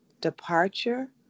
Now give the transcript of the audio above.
departure